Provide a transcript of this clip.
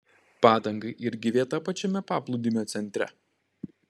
padangai irgi vieta pačiame paplūdimio centre